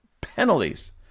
penalties